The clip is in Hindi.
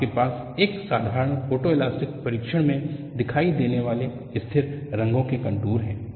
आपके पास एक साधारण फोटोइलास्टिक परीक्षण में दिखाई देने वाले स्थिर रंगो के कंटूर हैं